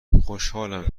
خوشحالم